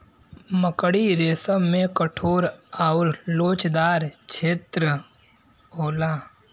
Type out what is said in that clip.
मकड़ी रेसम में कठोर आउर लोचदार छेत्र होला